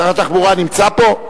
שר התחבורה נמצא פה?